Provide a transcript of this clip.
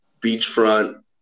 beachfront